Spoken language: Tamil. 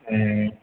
ம்